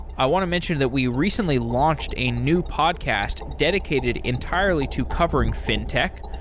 i want to mention that we recently launched a new podcast dedicated entirely to covering fintech,